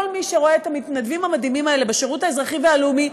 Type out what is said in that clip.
כל מי שרואה את המתנדבים המדהימים האלה בשירות האזרחי והלאומי,